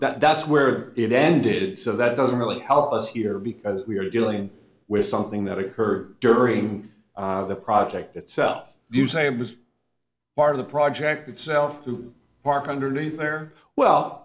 so that's where it ended so that doesn't really help us here because we are dealing with something that occurred during the project itself you say it was part of the project itself to park underneath there well